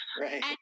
Right